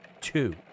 two